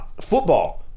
Football